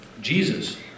Jesus